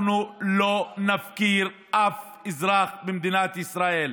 אנחנו לא נפקיר אף אזרח במדינת ישראל.